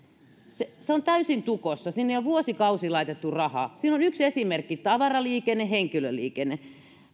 se se on täysin tukossa sinne ei ole vuosikausiin laitettu rahaa siinä on yksi esimerkki tavaraliikenne henkilöliikenne